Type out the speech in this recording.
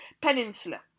peninsula